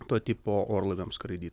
to tipo orlaiviams skraidyt